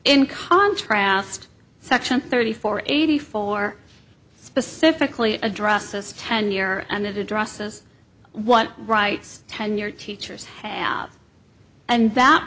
in contrast section thirty four eighty four specifically addresses tenure and it addresses what rights tenured teachers have and that